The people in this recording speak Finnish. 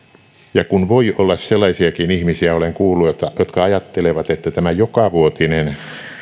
ja kun voi olla sellaisiakin ihmisiä olen kuullut jotka ajattelevat että tämä jokavuotinen